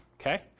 Okay